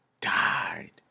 died